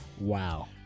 Wow